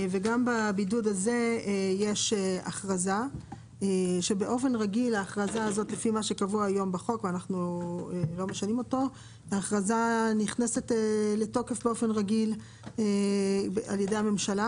גם לגבי הבידוד הזה יש הכרזה שבאופן רגיל נכנסת לתוקף על ידי הממשלה